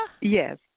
Yes